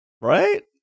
right